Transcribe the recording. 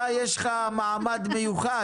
לך יש מעמד מיוחד.